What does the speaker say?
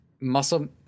muscle